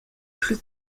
plus